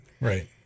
right